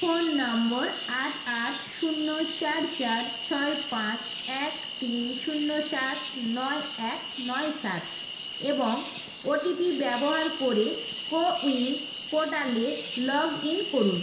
phone নম্বর আট আট শূন্য চার চার ছয় পাঁচ এক তিন শূন্য সাত নয় এক নয় সাত এবং ওটিপি ব্যবহার করে কো উইন পোর্টালে লগ ইন করুন